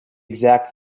exact